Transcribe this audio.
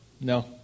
no